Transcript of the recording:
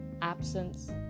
Absence